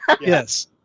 Yes